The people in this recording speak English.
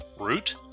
Root